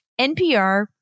NPR